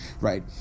right